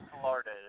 Florida